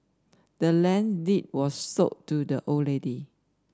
the land's deed was sold to the old lady